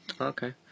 Okay